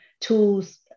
tools